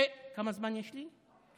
כמה זמן יש לי?